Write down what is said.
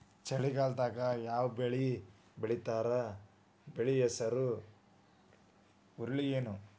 ಚಳಿಗಾಲದಾಗ್ ಯಾವ್ ಬೆಳಿ ಬೆಳಿತಾರ, ಬೆಳಿ ಹೆಸರು ಹುರುಳಿ ಏನ್?